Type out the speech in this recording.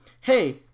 hey